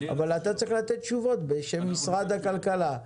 אבל אתה צריך לענות תשובות בשם משרד הכלכלה.